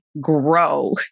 grow